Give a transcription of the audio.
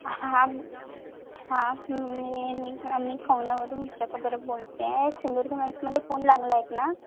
हां हां मी मी मी खवण्यावरून उषा परब बोलत आहे सिंधुदुर्ग बँकेमध्ये म्हणजे फोन लागला आहे ना